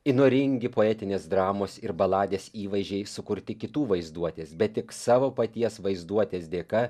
įnoringi poetinės dramos ir baladės įvaizdžiai sukurti kitų vaizduotės bet tik savo paties vaizduotės dėka